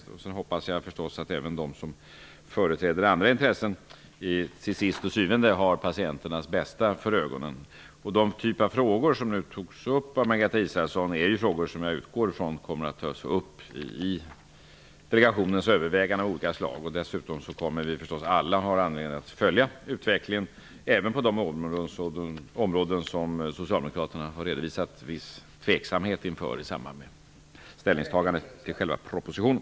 Jag hoppas förstås att även de som företräder andra intressen till syvende och sist har patienternas bästa för ögonen. De frågor som togs upp av Margareta Israelsson är frågor som jag utgår från att delegationen kommer att ta upp. Dessutom kommer vi alla naturligtvis att ha anledning att följa utvecklingen, även på de områden som Socialdemokraterna har redovisat viss tveksamhet inför i samband med ställningstaganden till själva propositionen.